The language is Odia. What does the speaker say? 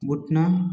ଭୁଟାନ